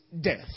death